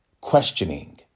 questioning